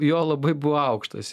jo labai buvo aukštas